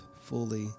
fully